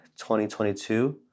2022